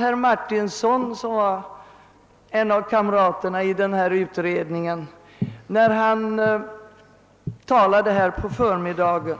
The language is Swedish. Herr Martinsson, som var en av kamraterna i utredningen, talade i dag på förmiddagen